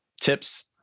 tips